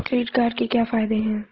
Credit card के क्या फायदे हैं?